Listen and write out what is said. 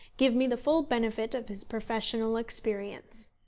give me the full benefit of his professional experience.